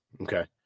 Okay